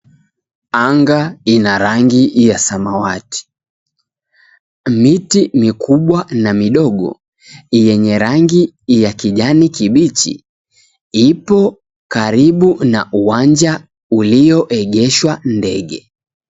Anga ina rangi ya samawati. Miti mikubwa na midogo yenye rangi ya kijani kibichi ipo karibu na uwanja ulioegeshwa ndege.